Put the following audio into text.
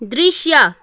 दृश्य